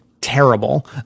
terrible